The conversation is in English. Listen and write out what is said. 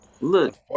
Look